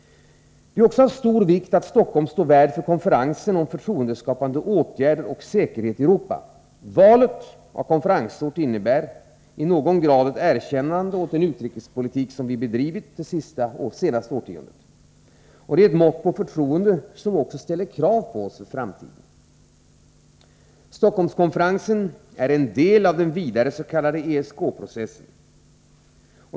Det är också av stor vikt att Stockholm står som värd för konferensen om förtroendeskapande åtgärder och säkerhet i Europa. Valet av konferensort innebär i någon grad ett erkännande åt den utrikespolitik som vi har bedrivit det senaste årtiondet. Det är ett mått på förtroende som också ställer krav på oss för framtiden. Stockholmskonferensen är en del av den vidare s.k. ESK-processen.